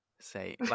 Say